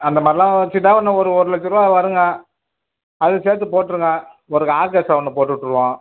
அந்த மாதிரில்லாம் வச்சு தான் என்ன ஒரு ஒரு லட்ச ரூபா வருங்க அது சேர்த்து போட்டுருங்க ஒரு ஆர்கெஸ்ட்ரா ஒன்று போட்டுவிட்ருவோம்